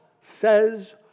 says